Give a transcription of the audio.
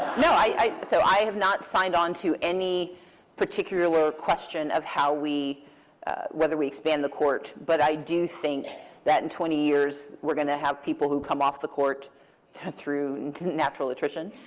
no, so i have not signed onto any particular question of how we whether we expand the court. but i do think that in twenty years, we're going to have people who come off the court through and natural attrition.